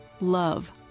love